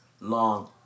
long